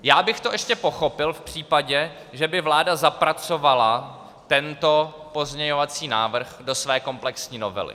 Já bych to ještě pochopil v případě, že by vláda zapracovala tento pozměňovací návrh do své komplexní novely.